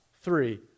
three